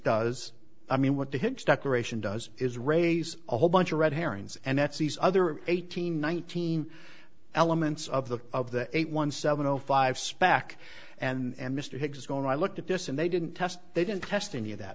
does i mean what the higgs decoration does is raise a whole bunch of red herrings and that's these other eighteen nineteen elements of the of the eight one seven zero five spec and mr higgs is going i looked at this and they didn't test they didn't test any of that